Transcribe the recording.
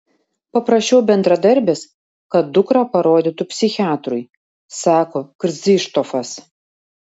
paprašiau bendradarbės kad dukrą parodytų psichiatrui sako krzyštofas